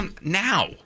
Now